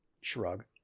shrug